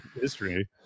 history